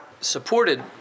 supported